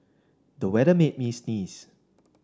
the weather made me sneeze